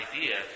idea